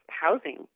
housing